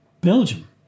Belgium